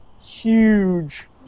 huge